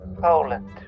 Poland